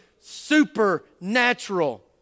supernatural